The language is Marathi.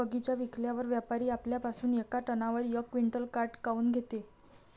बगीचा विकल्यावर व्यापारी आपल्या पासुन येका टनावर यक क्विंटल काट काऊन घेते?